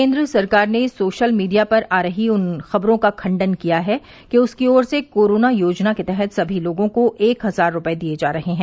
केंद्र सरकार ने सोशल मीडिया पर आ रही उन खबरों का खंडन किया है कि उसकी ओर से कोरोना योजना के तहत सभी लोगों को एक हजार रुपये दिए जा रहे हैं